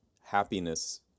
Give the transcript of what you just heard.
happiness